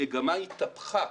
המגמה התהפכה.